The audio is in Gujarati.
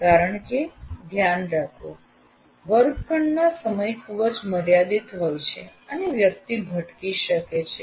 કારણ કે ધ્યાન રાખો વર્ગખંડમાં સમય ખૂબ જ મર્યાદિત હોય છે અને વ્યક્તિ ભટકી શકે છે